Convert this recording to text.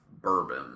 bourbon